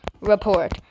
report